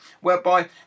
whereby